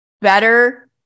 better